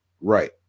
right